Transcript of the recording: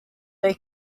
they